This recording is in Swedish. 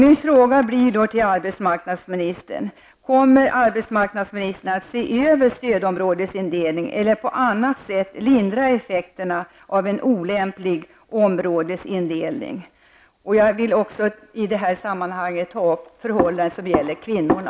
Jag vill i detta sammanhang även nämna förhållandena för kvinnorna.